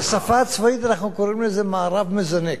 בשפה הצבאית אנחנו קוראים לזה: מארב מזנק.